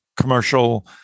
commercial